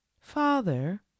father